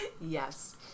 Yes